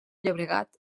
llobregat